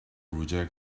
reject